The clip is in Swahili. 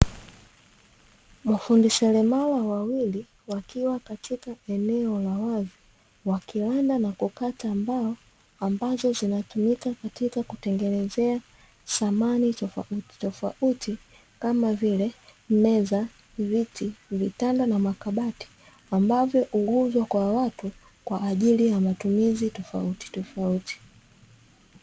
Mafundi seremala wawili wakiwa katika eneo la wazi wakilanda na kukata mbao ambazo zinatumika katika kutengeneza samani tofautitofauti kama vile; meza, viti, vitanda na makabati ambavyo uuzwa kwa watu kwa ajili ya matumizi tofautitofauti.